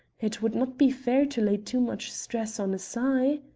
it would not be fair to lay too much stress on a sigh.